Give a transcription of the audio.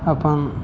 अपन